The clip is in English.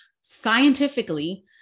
scientifically